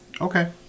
Okay